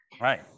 right